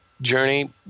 Journey